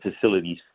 facilities